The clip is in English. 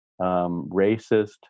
racist